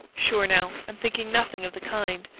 sure, now, i'm thinking nothing of the kind.